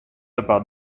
about